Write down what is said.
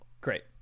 Great